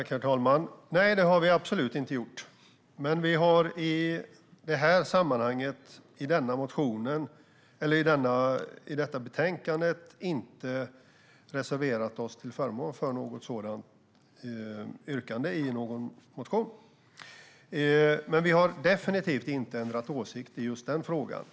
Herr talman! Nej, det har vi absolut inte gjort. Men vi har i detta betänkande inte reserverat oss till förmån för något sådant yrkande i någon motion. Vi har definitivt inte ändrat åsikt i just den frågan.